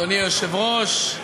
אדוני היושב-ראש,